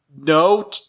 No